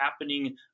happening